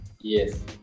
Yes